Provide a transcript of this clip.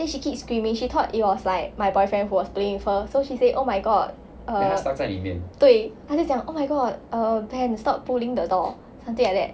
then she keep screaming she thought it was like my boyfriend who was playing with her so she say oh my god err 对她就讲 oh my god err ben stop pulling the door something like that